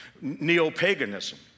neo-paganism